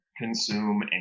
consume